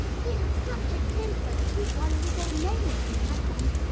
he has such a temper that he'd worry his own name if he had one.